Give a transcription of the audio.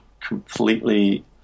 completely